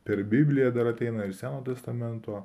per bibliją dar ateina ir seno testamento